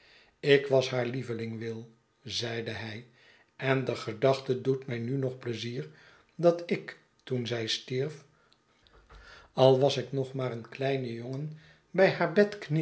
ik was haar lieveling will zeide hij en de gedachte doet mij nu nog pleizier dat ik toen zij stierf al was ik nog maar een kleine jongen